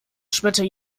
schmetterte